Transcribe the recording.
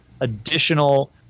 additional